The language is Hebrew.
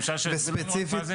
אפשר שהוא יסביר לנו רק מה זה?